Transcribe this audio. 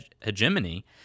hegemony